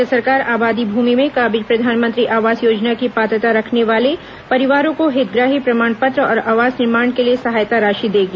राज्य सरकार आबादी भूमि में काबिज प्रधानमंत्री आवास योजना की पात्रता रखने वाले परिवारों को हितग्राही प्रमाण पत्र और आवास निर्माण के लिए सहायता राशि देगी